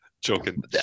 joking